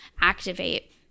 Activate